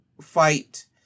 fight